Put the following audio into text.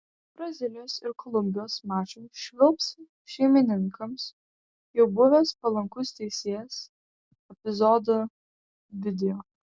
brazilijos ir kolumbijos mačui švilps šeimininkams jau buvęs palankus teisėjas epizodų video